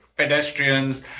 pedestrians